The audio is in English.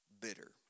bitter